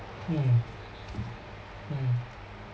mm mm